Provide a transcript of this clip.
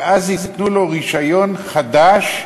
ואז ייתנו לו רישיון חדש,